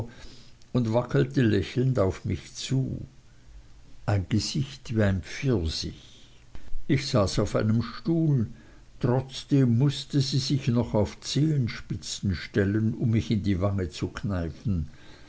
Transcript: und wackelte lächelnd auf mich zu ein gesicht wie ein pfirsich ich saß auf einem stuhl trotzdem mußte sie sich noch auf die zehenspitzen stellen um mich in die wange zu kneifen